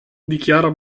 dichiara